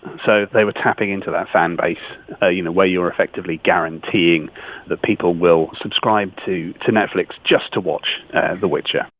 so they were tapping into that fan base. in a you know way, you are effectively guaranteeing that people will subscribe to to netflix just to watch the witcher.